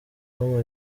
com